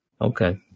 Okay